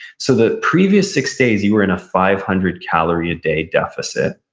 so the previous six days you were in a five hundred calorie a day deficit,